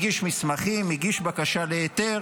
הגיש מסמכים, הגיש בקשה להיתר,